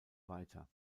weiter